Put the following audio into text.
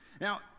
Now